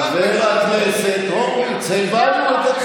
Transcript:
חבר הכנסת הורוביץ, הבנו.